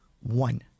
One